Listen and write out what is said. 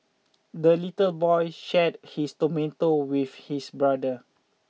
the little boy shared his tomato with his brother